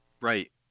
Right